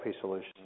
solutions